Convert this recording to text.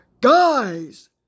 Guys